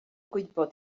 gwybod